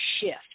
shift